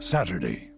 Saturday